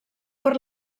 per